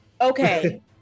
Okay